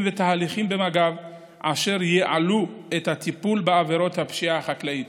ותהליכים במג"ב אשר ייעלו את הטיפול בעבירות הפשיעה החקלאית,